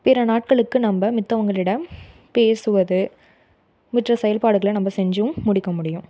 பிற நாட்களுக்கு நம்ம மத்தவங்களிடம் பேசுவது மற்ற செயல்பாடுகளை நம்ம செஞ்சும் முடிக்க முடியும்